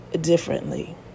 differently